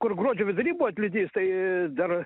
kur gruodžio vidury buvo atlydys tai dar